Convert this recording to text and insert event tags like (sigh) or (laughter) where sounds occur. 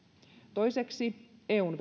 toiseksi eun (unintelligible)